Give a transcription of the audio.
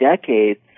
decades